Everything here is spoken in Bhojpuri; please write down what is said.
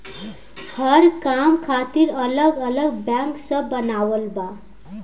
हर काम खातिर अलग अलग बैंक सब बनावल बा